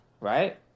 Right